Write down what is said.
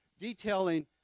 detailing